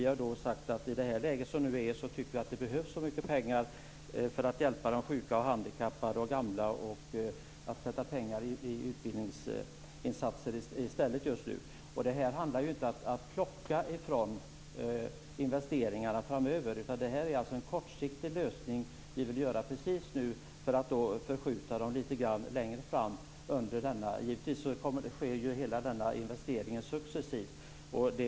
I det läge som vi nu befinner oss i tycker vi att det behövs så mycket pengar för att hjälpa de sjuka, handikappade och gamla och för att avsätta pengar till utbildningsinsatser. Det handlar ju inte om att plocka från investeringarna framöver, utan detta är en kortsiktig lösning. Vi vill göra detta precis nu och förskjuta dem litet längre fram. Givetvis sker hela denna investering successivt.